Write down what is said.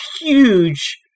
huge